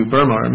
Burma